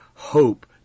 Hope